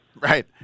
Right